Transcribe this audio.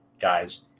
guys